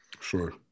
Sure